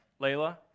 Layla